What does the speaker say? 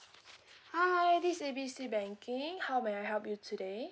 hi this is A B C banking how may I help you today